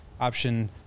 option